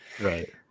right